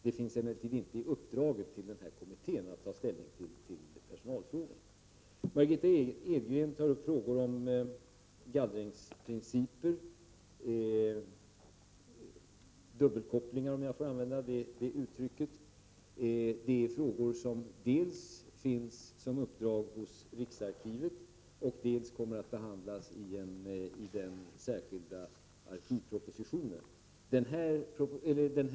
Det finns emellertid inte i uppdraget till kommittén att ta ställning till personalfrågorna. Margitta Edgren tar upp frågor om gallringsprinciper och ”dubbelkopplingar”, om jag får använda det uttrycket. Detta är frågor som dels finns som uppdrag hos riksarkivet, dels kommer att behandlas i den särskilda — Prot. 1989/90:4 arkivpropositionen.